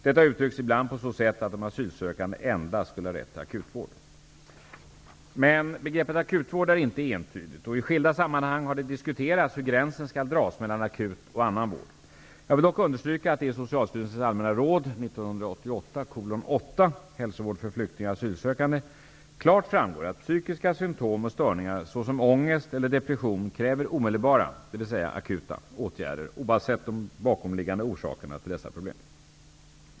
Detta uttrycks ibland på så sätt att de asylsökande endast skulle ha rätt till akutvård. Men begreppet akutvård är inte entydigt, och i skilda sammanhang har det diskuterats hur gränsen skall dras mellan akut och annan vård. Jag vill dock understryka att det i Socialstyrelsens allmänna råd 1988:8 Hälsovård för flyktingar och asylsökande klart framgår att psykiska symtom och störningar såsom ångest eller depression kräver omedelbara -- dvs. akuta -- åtgärder oavsett de bakomliggande orsakerna till dessa problem.